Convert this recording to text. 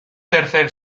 tercer